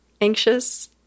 anxious